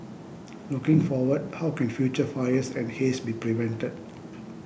looking forward how can future fires and haze be prevented